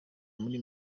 muri